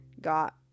got